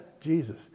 Jesus